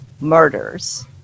murders